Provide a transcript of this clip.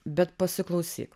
bet pasiklausyk